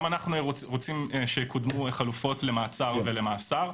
גם אנחנו רוצים שיקודמו חלופות למעצר ולמאסר.